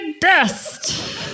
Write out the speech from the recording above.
dust